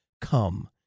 come